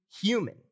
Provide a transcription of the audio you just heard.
human